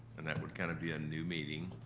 and that would kind of be a new meeting.